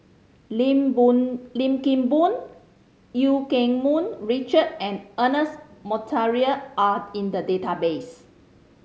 Lim Boon Lim Kim Boon Eu Keng Mun Richard and Ernest Monteiro are in the database